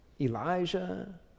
Elijah